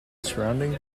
surrounding